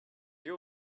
you